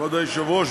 כבוד היושב-ראש,